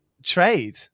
trade